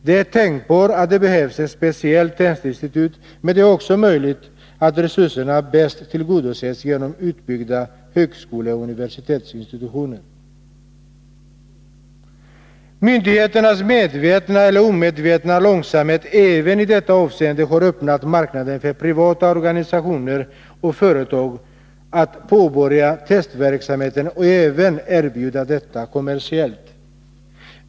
Det är tänkbart att det behövs ett speciellt testinstitut, men det är också möjligt att resurserna bäst tillgodoses genom utbyggda högskoleoch universitetsinstitutioner. Myndigheternas medvetna eller omedvetna långsamhet även i detta avseende har öppnat marknaden för privata organisationer och företag att påbörja testverksamhet och även erbjuda detta kommersiellt.